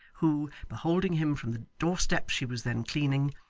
who, beholding him from the doorsteps she was then cleaning,